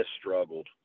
struggled